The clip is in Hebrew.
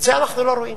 את זה אנחנו לא רואים.